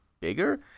bigger